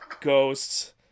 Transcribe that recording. Ghosts